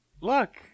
look